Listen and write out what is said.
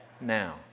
now